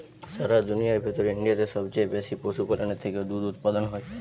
সারা দুনিয়ার ভেতর ইন্ডিয়াতে সবচে বেশি পশুপালনের থেকে দুধ উপাদান হয়